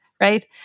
right